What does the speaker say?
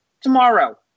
tomorrow